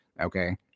Okay